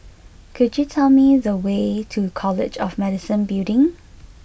could you tell me the way to College of Medicine Building